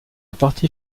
partie